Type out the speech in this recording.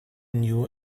knew